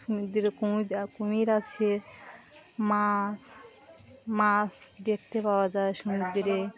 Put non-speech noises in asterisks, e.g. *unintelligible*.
সমুদ্রে কুমির *unintelligible* কুমির আছে মাছ মাছ দেখতে পাওয়া যায় সমুদ্রে